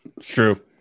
True